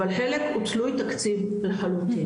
אבל חלק הוא תלוי תקציב לחלוטין.